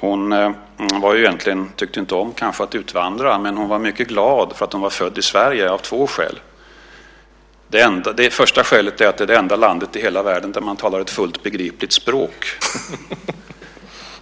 Hon tyckte kanske inte om att utvandra. Men hon var mycket glad av två skäl för att hon var född i Sverige. Det första skälet var att det var det enda landet i hela världen där man talar ett fullt begripligt språk.